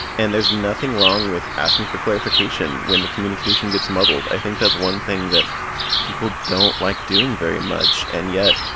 and there's nothing wrong with asking for clarification when the communication gets muddled. i think that's one thing that people don't like doing very much. and yet,